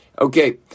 Okay